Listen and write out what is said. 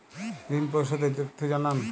ঋন পরিশোধ এর তথ্য জানান